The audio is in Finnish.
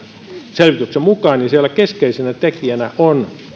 selvityksen mukaan ja siellä keskeisenä tekijänä on